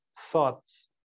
thoughts